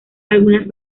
algunas